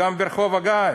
וגם ברחוב הגיא,